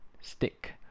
stick